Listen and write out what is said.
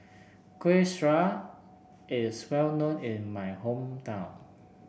Kuih Syara is well known in my hometown